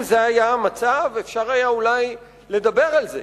אם זה היה המצב, אפשר היה אולי לדבר על זה.